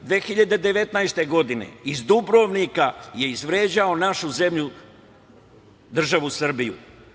Godine 2019. iz Dubrovnika je izvređao našu zemlju, državu Srbiju.